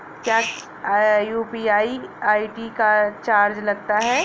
क्या UPI ID का charge लगता है?